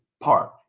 park